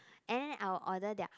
and I'll order their